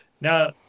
Now